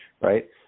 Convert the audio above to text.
right